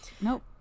Nope